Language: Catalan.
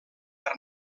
per